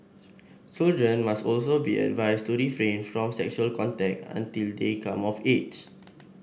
children must also be advised to refrain from sexual contact until they come of age